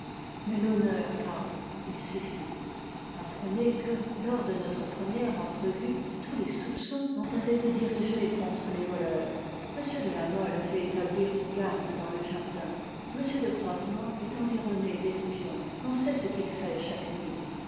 mais l'honneur parle il suffit apprenez que lors de notre première entrevue tous les soupçons n'ont pas été dirigés contre les voleurs m de la mole a fait établir une garde dans le jardin m de croisenois est environné d'espions on sait ce qu'il fait chaque nuit